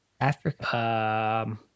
Africa